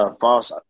false